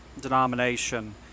denomination